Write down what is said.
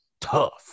tough